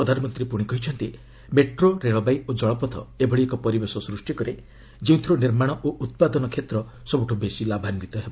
ପ୍ରଧାନମନ୍ତ୍ରୀ କହିଛନ୍ତି metro railway ଓ ଜଳପଥ ଏଭଳି ଏକ ପରିବେଶ ସୃଷ୍ଟି କରେ ଯେଉଁଥରୁ ନିର୍ମାଣ ଓ ଉତ୍ପାଦନ କ୍ଷେତ୍ର ସବୁଠୁ ବେଶି ଲାଭାନ୍ୱିତ ହେବ